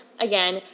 again